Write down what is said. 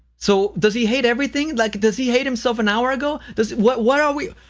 so, does he hate everything? like, does he hate himself an hour ago? does what what are we!